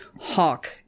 hawk